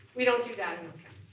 we don't do that. and